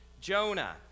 Jonah